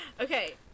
Okay